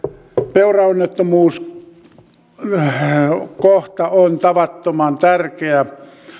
peuraonnettomuuskohta on tavattoman tärkeä